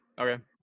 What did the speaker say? Okay